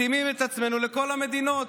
מתאימים את עצמנו לכל המדינות.